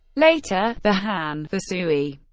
later, the han, the sui,